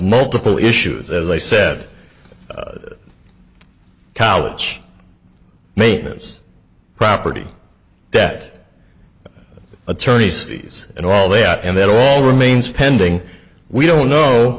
multiple issues as i said college maintenance property debt attorneys fees and all that and it all remains pending we don't know